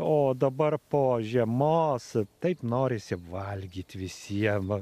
o dabar po žiemos taip norisi valgyt visiem